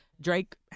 Drake